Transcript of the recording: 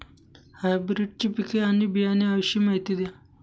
हायब्रिडची पिके आणि बियाणे याविषयी माहिती द्या